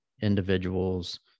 individuals